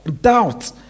doubt